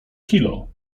kilo